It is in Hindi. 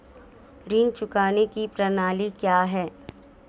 ऋण चुकाने की प्रणाली क्या है?